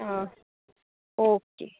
ആ ഓക്കേ